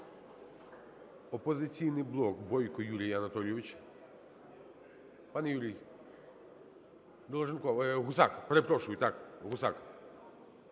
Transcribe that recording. "Опозиційний блок", Бойко Юрій Анатолійович. Пане Юрій. Долженков. Гусак, перепрошую, так, Гусак.